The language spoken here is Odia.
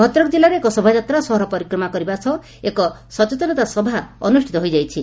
ଭଦ୍ରକ ଜିଲ୍ଲାରେ ଏକ ଶୋଭାଯାତ୍ରା ସହର ପରିକ୍ରମା କରିବା ସହ ଏକ ସଚେତନତା ସଭା ଅନୁଷିତ ହୋଇଯାଇଛି